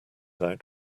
out